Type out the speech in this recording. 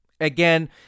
again